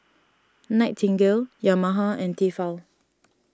Nightingale Yamaha and Tefal